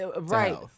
Right